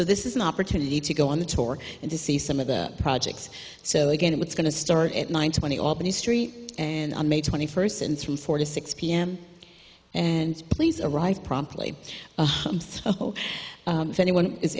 so this is an opportunity to go on the tour and to see some of the projects so again it was going to start at nine twenty albany street and on may twenty first and through four to six p m and please arrive promptly throw anyone is